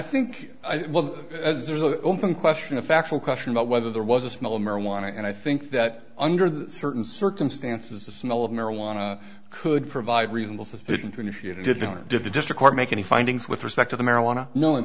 think well there's a open question a factual question about whether there was a smell of marijuana and i think that under the certain circumstances the smell of marijuana could provide reasonable suspicion to initiate it didn't give the district or make any findings with respect to the marijuana no in